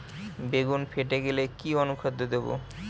বেগুন ফেটে গেলে কি অনুখাদ্য দেবো?